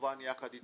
כמובן יחד איתך.